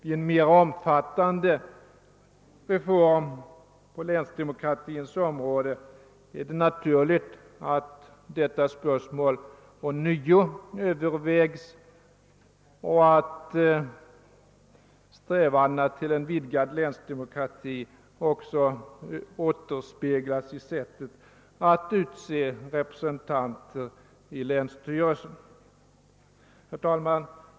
I en mera omfattande reform på länsdemokratins område är det naturligt att detta spörsmål ånyo övervägs och att strävandena till en vidgad länsdemokrati återspeglas i sättet att utse representanter i länsstyrelsen. Herr talman!